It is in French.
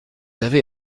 avez